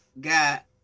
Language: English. got